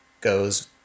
goes